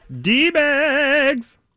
D-Bags